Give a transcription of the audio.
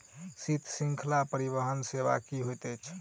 शीत श्रृंखला परिवहन सेवा की होइत अछि?